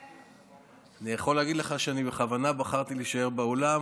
אני יכול להגיד לך שבכוונה בחרתי להישאר באולם.